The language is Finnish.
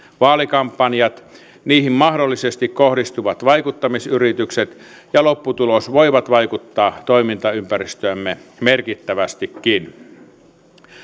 vaalikampanjat niihin mahdollisesti kohdistuvat vaikuttamisyritykset ja vaalien lopputulokset voivat vaikuttaa toimintaympäristöömme merkittävästikin